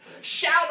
Shout